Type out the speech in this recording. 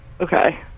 Okay